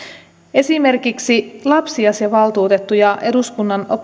esimerkiksi lapsiasiavaltuutettu ja eduskunnan